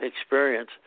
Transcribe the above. experience